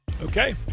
Okay